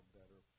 better